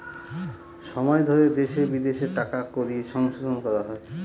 সময় ধরে দেশে বিদেশে টাকা কড়ির সংশোধন করা হয়